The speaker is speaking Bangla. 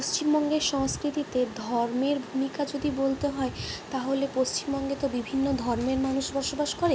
পশ্চিমবঙ্গের সংস্কৃতিতে ধর্মের ভূমিকা যদি বলতে হয় তাহলে পশ্চিমবঙ্গে তো বিভিন্ন ধর্মের মানুষ বসবাস করে